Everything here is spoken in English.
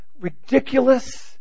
ridiculous